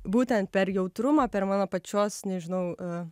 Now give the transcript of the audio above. būtent per jautrumą per mano pačios nežinau